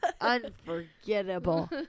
Unforgettable